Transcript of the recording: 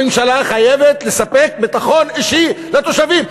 הממשלה חייבת לספק ביטחון אישי לתושבים,